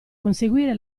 conseguire